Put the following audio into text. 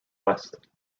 west